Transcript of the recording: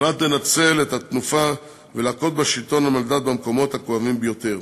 הוחלט לנצל את התנופה ולהכות בשלטון המנדט במקומות הכואבים ביותר.